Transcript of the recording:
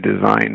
design